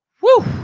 Woo